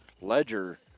Ledger